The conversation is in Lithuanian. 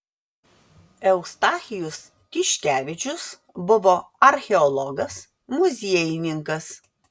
eustachijus tiškevičius buvo archeologas muziejininkas